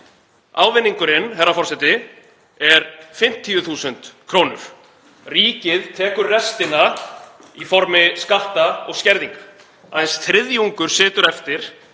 Ávinningurinn, herra forseti, er 50.000 kr. Ríkið tekur restina í formi skatta og skerðinga. Aðeins þriðjungur situr eftir